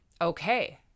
okay